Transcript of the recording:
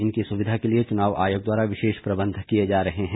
इनकी सुविधा के लिए चुनाव आयोग द्वारा विशेष प्रबंध किए जा रहे हैं